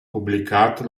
pubblicata